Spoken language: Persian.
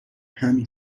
همین